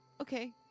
okay